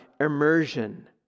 immersion